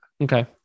Okay